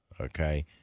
Okay